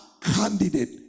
candidate